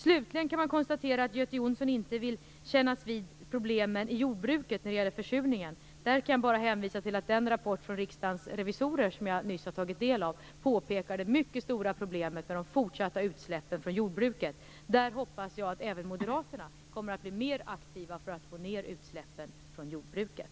Slutligen kan vi konstatera att Göte Jonsson inte vill kännas vid problemen med försurningen i jordbruket. Där kan jag bara hänvisa till att den rapport från Riksdagens revisorer som jag nyss har tagit del av påpekar det mycket stora problemet med de fortsatta utsläppen från jordbruket. Jag hoppas att även Moderaterna kommer att bli mer aktiva för att få ned utsläppen från jordbruket.